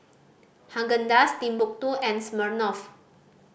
Haagen Dazs Timbuk Two and Smirnoff